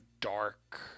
dark